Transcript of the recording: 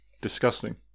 disgusting